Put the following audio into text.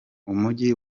umujyi